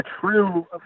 true